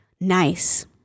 nice